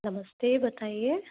नमस्ते बताइए